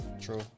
True